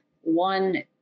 one